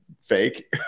fake